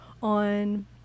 on